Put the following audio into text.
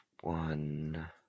one